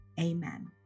amen